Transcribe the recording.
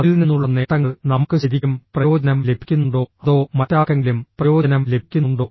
അതിൽ നിന്നുള്ള നേട്ടങ്ങൾ നമുക്ക് ശരിക്കും പ്രയോജനം ലഭിക്കുന്നുണ്ടോ അതോ മറ്റാർക്കെങ്കിലും പ്രയോജനം ലഭിക്കുന്നുണ്ടോ